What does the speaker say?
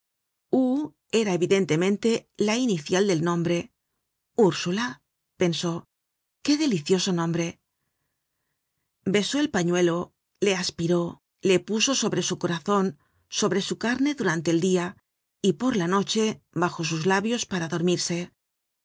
era evidentemente la inicial del nombre ursula pensó qué delicioso nombre besó el pañuelo le aspiró le puso sobre su corazon sobre su carne durante el dia y por la noche bajo sus labios para dormirse